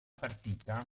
partita